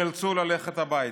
נאלצו ללכת הביתה.